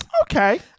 Okay